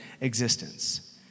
existence